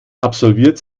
absolviert